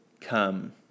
come